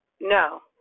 no